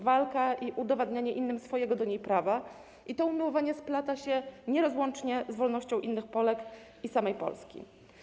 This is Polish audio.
Walka i udowadnianie innym swojego do niej prawa oraz to umiłowanie splatają się nierozłącznie z wolnością innych Polek i samej Polski.